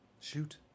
Shoot